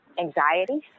Anxiety